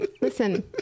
Listen